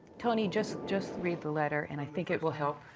tony, just just read the letter, and i think it will help.